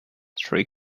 three